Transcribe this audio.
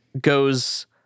goes